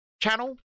channel